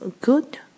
good